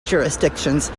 jurisdictions